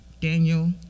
Daniel